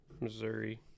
Missouri